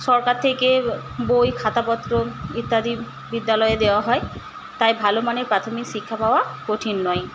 সরকার থেকে বই খাতাপত্র ইত্যাদি বিদ্যালয়ে দেওয়া হয় তাই ভালো মানের প্রাথমিক শিক্ষা পাওয়া কঠিন নয়